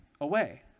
away